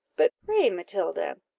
but pray, matilda,